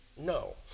no